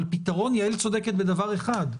אבל יעל צודקת בדבר אחד,